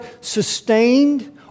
sustained